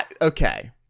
Okay